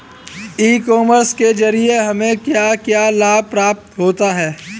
ई commerce के ज़रिए हमें क्या क्या लाभ प्राप्त होता है?